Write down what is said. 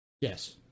Yes